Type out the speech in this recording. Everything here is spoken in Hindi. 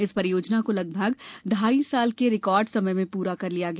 इस परियोजना को लगभग ढाई साल के रिकार्ड समय में पूरा किया गया